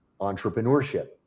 entrepreneurship